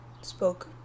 spoke